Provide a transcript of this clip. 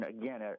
Again